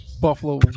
Buffalo